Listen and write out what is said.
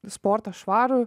sportą švarų